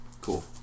Cool